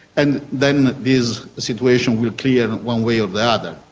and then this situation will clear one way or the other.